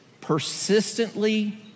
Persistently